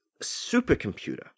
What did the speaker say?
supercomputer